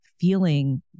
feeling